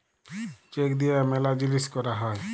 check দিয়া ম্যালা জিলিস ক্যরা হ্যয়ে